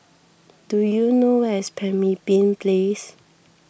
do you know where is Pemimpin Place